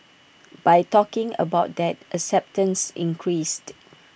by talking about that acceptance increased